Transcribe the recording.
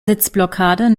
sitzblockade